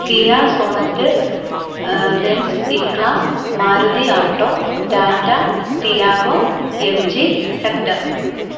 Kia sonnet Benz E class Maruti alto Tata Tiago MG hector